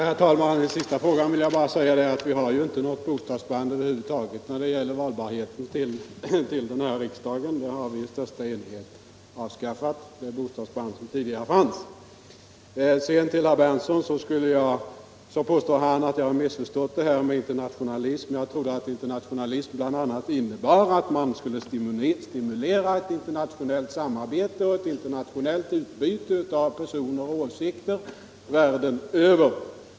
Herr talman! På den sista frågan vill jag bara svara att vi över huvud taget inte har något bostadsband i vad gäller valbarheten till riksdagen. Det bostadsband som fanns tidigare har vi ju i största enighet avskaffat. Herr Berndtson påstod att jag hade missförstått detta med internationalism. Det har jag nog inte. Internationalism innebär bl.a. att man skall stimulera internationellt samarbete och internationellt utbyte av personer och åsikter världen över.